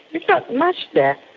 there's not much there.